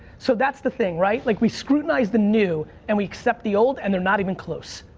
so, that's the thing, right? like we scrutinize the new and we accept the old and they're not even close.